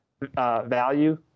value